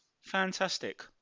Fantastic